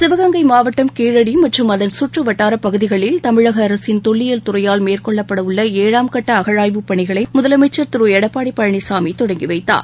சிவகங்கை மாவட்டம் கீழடிமற்றும் அதன் சுற்றுவட்டாரப் பகுதிகளில் தமிழகஅரசின் தொல்லியல் மேற்கொள்ளப்படஉள்ளஏழாம் துறையால் கட்டஅகழாய்வுப் பணிகளைமுதலமைச்சர் திருளடப்பாடிபழனிசாமிதொடங்கிவைத்தார்